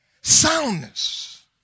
Soundness